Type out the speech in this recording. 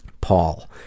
Paul